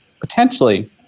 Potentially